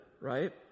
right